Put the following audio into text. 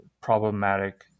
problematic